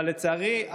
אבל לצערי,